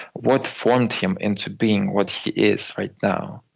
what formed him into being what he is right now,